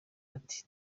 ati